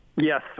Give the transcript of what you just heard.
yes